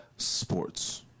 sports